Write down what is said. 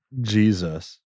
Jesus